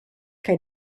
kaj